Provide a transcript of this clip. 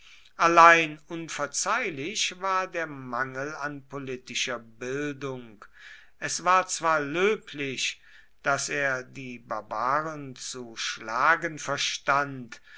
allein unverzeihlich war der mangel an politischer bildung es war zwar löblich daß er die barbaren zu schlagen verstand